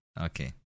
Okay